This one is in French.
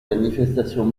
manifestations